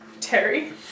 Terry